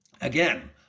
again